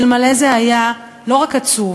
אלמלא זה היה לא רק עצוב,